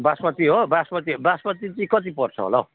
बासमती हो बासमती बासमती चाहिँ कति पर्छ होला हौ